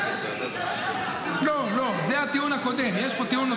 שצריכים --- השאלה היא אם זה מתאים לחקיקה